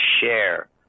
share